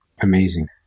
amazing